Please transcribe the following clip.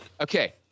Okay